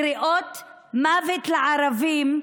קריאות "מוות לערבים"